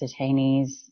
detainees